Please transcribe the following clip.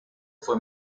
fue